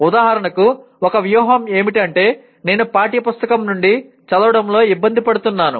ఉదాహరణకు ఒక వ్యూహం ఏమిటంటే నేను పాఠ్య పుస్తకం నుండి చదవడంలో ఇబ్బంది పడుతున్నాను